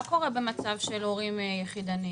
מה קורה במצב של הורים יחידנים?